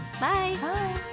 bye